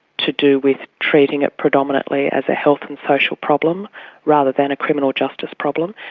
to do with treating it predominantly as a health and social problem rather than a criminal justice problem.